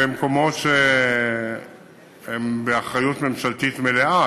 במקומות שהם באחריות ממשלתית מלאה,